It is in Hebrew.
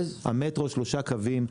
המטרו הוא שלושה קווים.